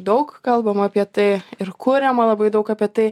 daug kalbama apie tai ir kuriama labai daug apie tai